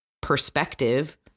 perspective